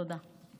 תודה.